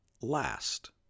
last